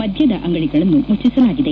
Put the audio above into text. ಮದ್ಯದ ಅಂಗಡಿಗಳನ್ನು ಮುಚ್ಚಿಸಲಾಗಿದೆ